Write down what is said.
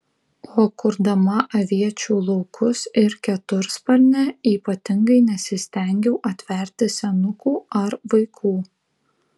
o kurdama aviečių laukus ir ketursparnę ypatingai nesistengiau atverti senukų ar vaikų